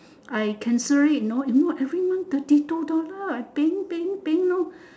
I cancelled you know if not every month thirty two dollar I paying paying paying know